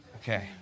Okay